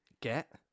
get